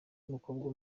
mukobwa